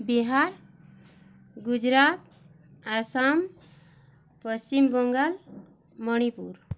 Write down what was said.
Bihar Gujarat Assam Paschim Bangal Manipur